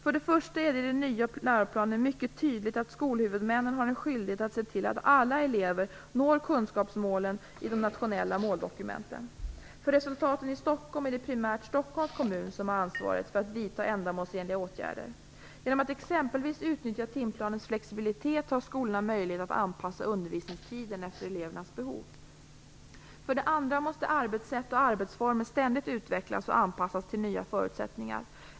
För det första är det i den nya läroplanen mycket tydligt att skolhuvudmännen har en skyldighet att se till att alla elever når kunskapsmålen i de nationella måldokumenten. För resultaten i Stockholm är det primärt Stockholms kommun som har ansvaret för att vidta ändamålsenliga åtgärder. Genom att exempelvis utnyttja timplanens flexibilitet har skolorna möjlighet att anpassa undervisningstiden efter elevernas behov. För det andra måste arbetssätt och arbetsformer ständigt utvecklas och anpassas till nya förutsättningar.